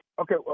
Okay